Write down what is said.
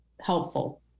helpful